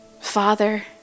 Father